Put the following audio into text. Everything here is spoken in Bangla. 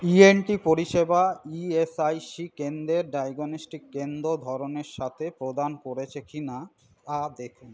ই এন টি পরিষেবা ই এস আই সি কেন্দ্রের ডায়াগনস্টিক কেন্দ্র ধরনের সাথে প্রদান করেছে কিনা তা দেখুন